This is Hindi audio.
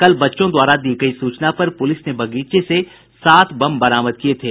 कल बच्चों द्वारा दी गयी सूचना पर पुलिस ने बगीचे से सात जिंदा बम बरामद किये थे